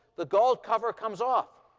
the gold cover comes off.